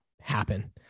happen